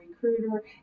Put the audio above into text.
recruiter